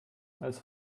als